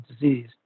disease